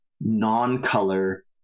non-color